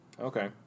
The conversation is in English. Okay